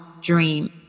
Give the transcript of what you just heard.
dream